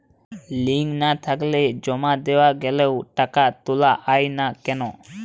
Link না থাকলে জমা দেওয়া গেলেও টাকা তোলা য়ায় না কেন?